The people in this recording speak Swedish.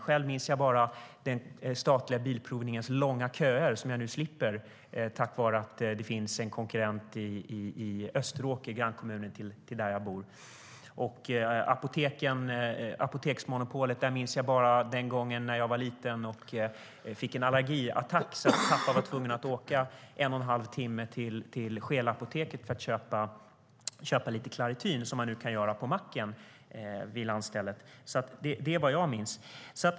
Själv minns jag bara den statliga bilprovningens långa köer, som jag nu slipper tack vare att det finns en konkurrent i min grannkommun Österåker. Av apoteksmonopolet minns jag bara den gången när jag vara liten och fick en allergiattack. Pappa blev tvungen att åka en och en halv timme till Scheeleapoteket för att köpa Clarityn, som man nu kan köpa på macken vid lantstället. Det är vad jag minns.